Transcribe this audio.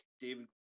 David